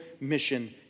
mission